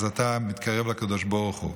אז אתה מתקרב לקדוש ברוך הוא.